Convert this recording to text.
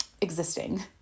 existing